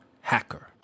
Hacker